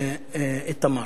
באיתמר.